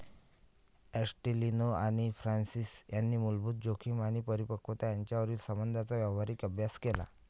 ॲस्टेलिनो आणि फ्रान्सिस यांनी मूलभूत जोखीम आणि परिपक्वता यांच्यातील संबंधांचा व्यावहारिक अभ्यास केला